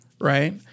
right